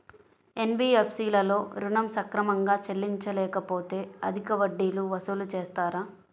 NBFC లలో ఋణం సక్రమంగా చెల్లించలేకపోతె అధిక వడ్డీలు వసూలు చేస్తారా?